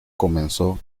comenzó